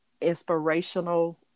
inspirational